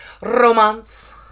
romance